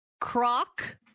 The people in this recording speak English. croc